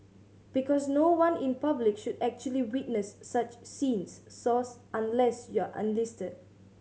because no one in public should actually witness such scenes Source Unless you're enlisted